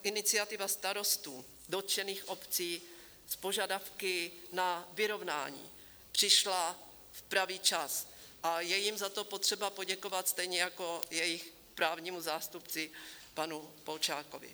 Iniciativa starostů dotčených obcí s požadavky na vyrovnání přišla v pravý čas a je jim za to potřeba poděkovat, stejně jako jejich právnímu zástupci panu Polčákovi.